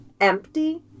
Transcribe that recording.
empty